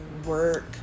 work